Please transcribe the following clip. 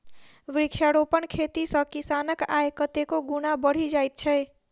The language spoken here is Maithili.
वृक्षारोपण खेती सॅ किसानक आय कतेको गुणा बढ़ि जाइत छै